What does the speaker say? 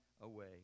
Away